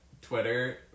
Twitter